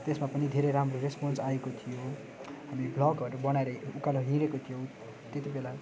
त्यसमा पनि धेरै राम्रो रेसपन्स आएको थियो हामी ब्लगहरू बनाएर उकालोहरू हिँडेका थियौँ त्यति बेला